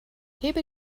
hebe